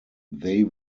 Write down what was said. they